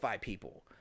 people